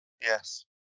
Yes